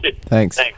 thanks